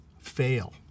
fail